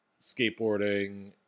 skateboarding